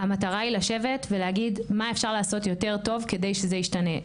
המטרה היא לשבת ולהגיד מה אפשר לעשות יותר טוב כדי שזה ישתנה.